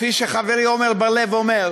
כפי שחברי עמר בר-לב אומר,